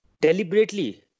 deliberately